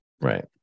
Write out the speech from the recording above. Right